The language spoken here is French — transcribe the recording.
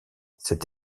cette